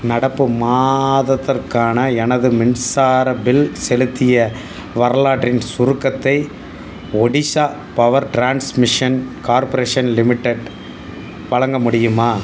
நடப்பு மாதத்திற்கான எனது மின்சார பில் செலுத்திய வரலாற்றின் சுருக்கத்தை Odisha power transmission corporation limited வழங்க முடியுமா